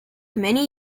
many